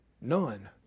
None